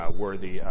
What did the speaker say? worthy